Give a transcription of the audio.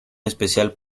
especial